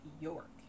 York